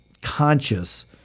conscious